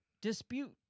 dispute